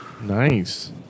Nice